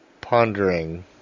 pondering